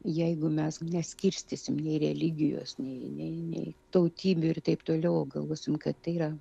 jeigu mes neskirstysim nei religijos nei nei nei tautybių ir taip toliau o galvosim kad tai yra